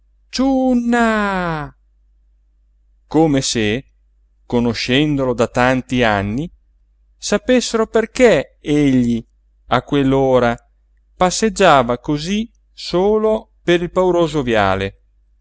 ciunna come se conoscendolo da tanti anni sapessero perché egli a quell'ora passeggiava cosí solo per il pauroso viale